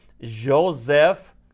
Joseph